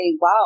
wow